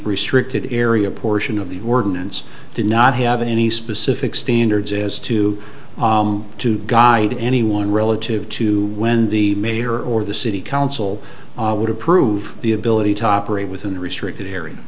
restricted area portion of the ordinance did not have any specific standards as to to guide anyone relative to when the mayor or the city council would approve the ability to operate within the restricted area